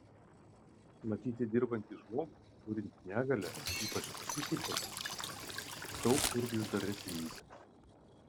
matyti dirbantį žmogų turintį negalią ypač psichikos daug kur vis dar retenybė